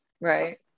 right